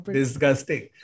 disgusting